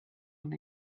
and